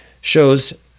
shows